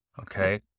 Okay